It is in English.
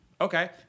Okay